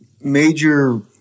Major